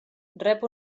rep